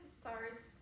starts